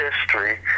history